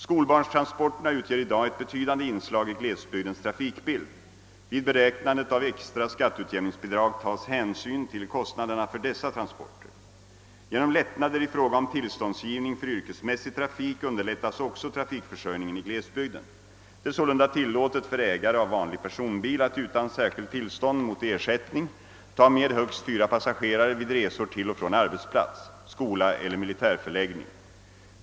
Skolbarnstransporterna utgör i dag ett betydande inslag i glesbygdens trafikbild. Vid beräknandet av extra skatteutjämningsbidrag tas hänsyn till kostnaderna för dessa transporter. Genom lättnader i fråga om tillståndsgivning för yrkesmässig trafik underlättas också trafikförsörjningen i glesbygden. Det är sålunda tillåtet för ägare av vanlig personbil att utan särskilt tillstånd mot ersättning ta med högst fyra passagerare vid resor till och från arbetsplats, skola eller militärförläggning.